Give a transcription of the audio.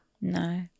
No